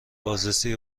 بازرسی